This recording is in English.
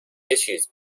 issues